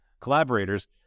collaborators